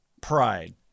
pride